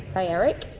hey, eric.